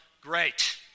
Great